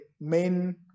main